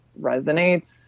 resonates